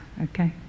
okay